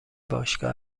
باشگاه